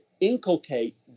inculcate